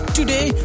today